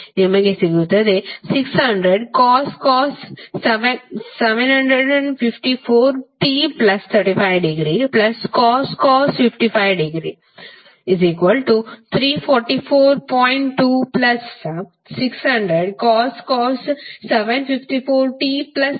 ನಿಮಗೆ ಸಿಗುತ್ತದೆ 600cos 754t35° cos 55° 344